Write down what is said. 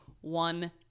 one